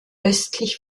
östlich